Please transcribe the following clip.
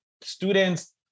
students